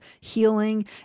healing